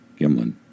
Gimlin